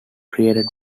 created